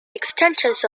extensions